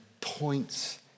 points